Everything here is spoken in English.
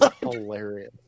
hilarious